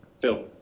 Phil